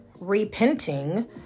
repenting